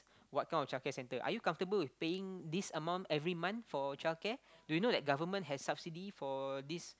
what kind of childcare center are you comfortable with paying this amount every month for childcare do you know that government has subsidy for this